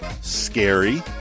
Scary